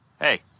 Hey